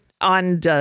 on